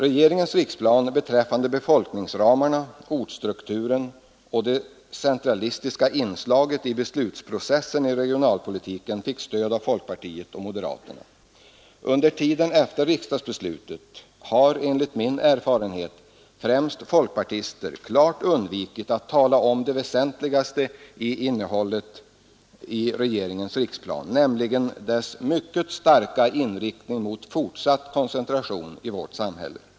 Regeringens riksplan beträffande befolkningsramarna, ortsstrukturen och det centralistiska inslaget i beslutsprocessen i regionalpolitiken fick stöd av folkpartiet och moderaterna. Under tiden efter riksdagsbeslutet har enligt min erfarenhet främst folkpartister klart undvikit att tala om det väsentligaste innehållet i regeringens riksplan, nämligen dess mycket starka inriktning mot fortsatt koncentration i vårt samhälle.